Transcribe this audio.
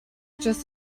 just